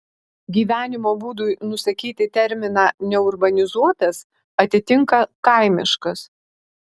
gyvenimo būdui nusakyti terminą neurbanizuotas atitinka kaimiškas